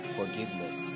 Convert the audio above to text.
forgiveness